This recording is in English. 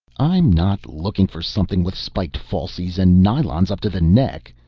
i'm not looking for something with spiked falsies and nylons up to the neck,